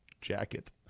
jacket